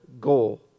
goal